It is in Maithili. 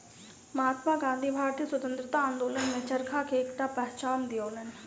महात्मा गाँधी भारतीय स्वतंत्रता आंदोलन में चरखा के एकटा पहचान दियौलैन